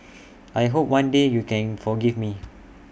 I hope one day you can forgive me